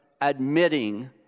admitting